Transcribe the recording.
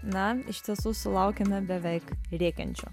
na iš tiesų sulaukėme beveik rėkiančių